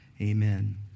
Amen